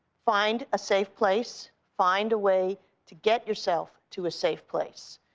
find a safe place. find a way to get yourself to a safe place.